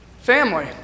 family